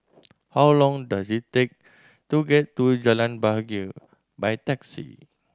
how long does it take to get to Jalan Bahagia by taxi